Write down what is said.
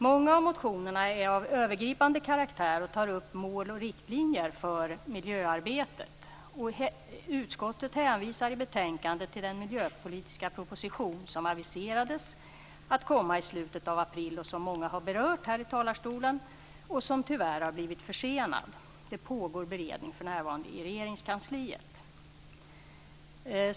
Många av motionerna är av övergripande karaktär och tar upp mål och riktlinjer för miljöarbetet. Utskottet hänvisar i betänkandet till den miljöpolitiska proposition som aviserades att komma i slutet av april, vilket många har berört här i talarstolen. Den har tyvärr blivit försenad. Det pågår beredning för närvarande i Regeringskansliet.